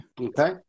Okay